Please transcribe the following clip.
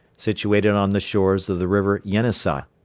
situated on the shores of the river yenisei,